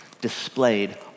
displayed